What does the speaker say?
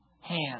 hand